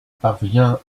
parvient